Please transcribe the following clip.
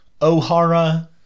Ohara